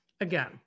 again